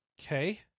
okay